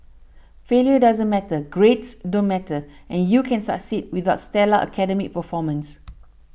failure doesn't matter grades don't matter and you can succeed without stellar academic performance